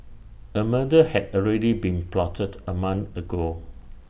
A murder had already been plotted A month ago